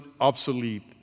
obsolete